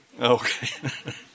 Okay